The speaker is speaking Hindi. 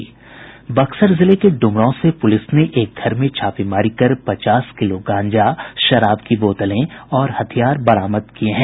बक्सर जिले के डुमरांव से पुलिस ने एक घर में छापेमारी कर पचास किलो गांजा शराब की बोतलें और हथियार बरामद किये हैं